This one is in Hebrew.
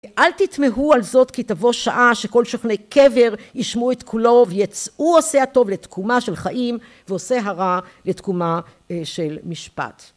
״אל תתמהו על זאת כי תבוא שעה שכל שוכני קבר ישמעו את כולו ויצאו עושי הטוב לתקומה של חיים ועושי הרע לתקומה של משפט״